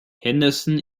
henderson